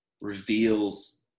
reveals